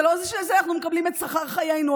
זה לא זה שאנחנו מקבלים את שכר חיינו,